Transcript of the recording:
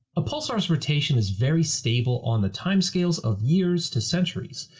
a pulsar's rotation is very stable on the timescales of years to centuries,